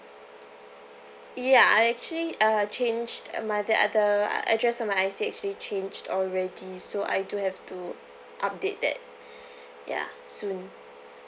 ya I actually uh changed my the other uh address of my I_C actually changed already so I do have to update that ya soon